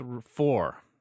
four